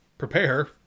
prepare